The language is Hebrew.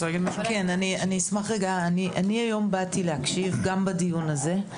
אני היום באתי להקשיב גם בדיון הזה.